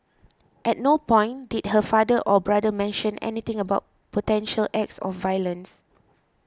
at no point did her father or brother mention anything about potential acts of violence